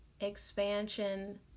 expansion